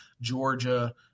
Georgia